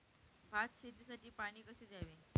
भात शेतीसाठी पाणी कसे द्यावे?